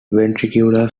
ventricular